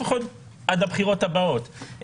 לפחות עד הבחירות הבאות.